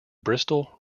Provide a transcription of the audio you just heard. bristol